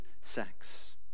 sex